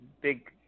Big